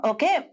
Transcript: Okay